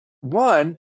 One